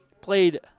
Played